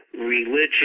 religion